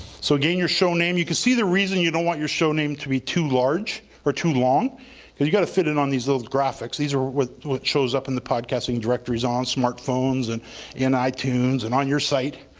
so again your show name, you can see the reason you don't want your show name to be too large or too long cause you gotta fit it on these little graphics. these are what what shows up in the podcasting directories on smartphones and ah itunes and on your site.